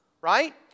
right